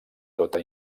tota